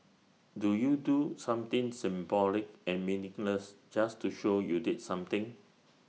do you do something symbolic and meaningless just to show you did something